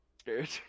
scared